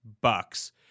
Bucks